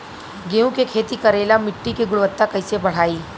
गेहूं के खेती करेला मिट्टी के गुणवत्ता कैसे बढ़ाई?